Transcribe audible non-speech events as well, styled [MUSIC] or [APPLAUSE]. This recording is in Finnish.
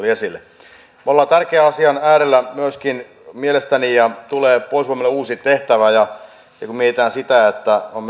[UNINTELLIGIBLE] esille me olemme tärkeän asian äärellä myöskin minun mielestäni puolustusvoimille tulee uusi tehtävä kun mietitään sitä että meidän on [UNINTELLIGIBLE]